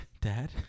Dad